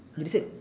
let me see